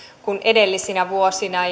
kuin edellisinä vuosina